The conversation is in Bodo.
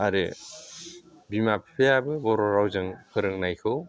आरो बिमा बिफायाबो बर' रावजों फोरोंनायखौ